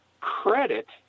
credit